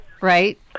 right